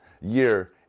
year